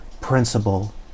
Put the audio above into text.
principle